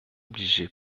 obligé